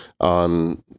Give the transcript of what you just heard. on